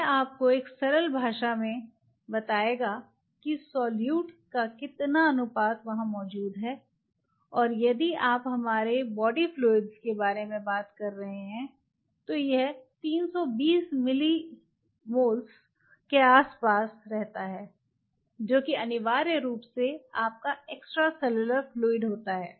यह आपको एक सरल भाषा में बताएगा कि सोलुट का कितना अनुपात वहां मौजूद है और यदि आप हमारे बॉडी फ्लुइड के बारे में बात करते हैं तो यह 320 मिलिस्मोल्स के आसपास रहता है जो कि अनिवार्य रूप से आपके एक्स्ट्रा सेलुलर फ्लूइड होता है